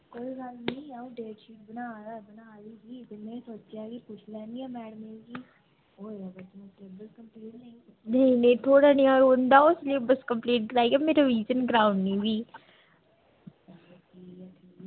नेईं नेईं थोह्ड़ा नेहा रौंह्दा ओह् सिलेबस कम्पलीट कराइयै में रवीजन कराउनी फ्ही